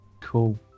Cool